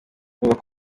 urumva